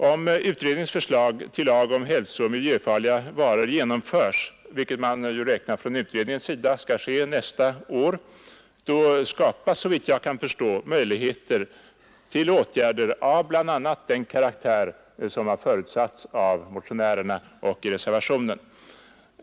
Om utredningens förslag till lag om hälsooch miljöfarliga varor genomföres, vilket man från utredningens sida räknar med skall ske nästa år, skapas såvitt jag förstår möjligheter till åtgärder av bl.a. den karaktär som förutsatts av motionärerna och i reservationen.